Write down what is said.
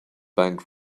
bank